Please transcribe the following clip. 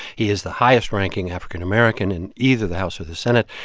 he is the highest-ranking african american in either the house or the senate.